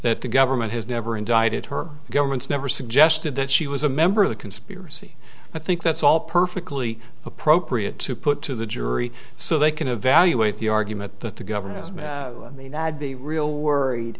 that the government has never indicted her government's never suggested that she was a member of the conspiracy i think that's all perfectly appropriate to put to the jury so they can evaluate the argument that the government has made me and i'd be real worried